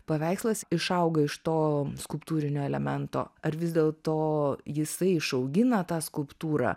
paveikslas išauga iš to skulptūrinio elemento ar vis dėlto jisai išaugina tą skulptūrą